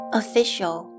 official